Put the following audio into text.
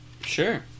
Sure